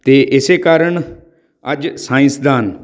ਅਤੇ ਇਸੇ ਕਾਰਨ ਅੱਜ ਸਾਇੰਸਦਾਨ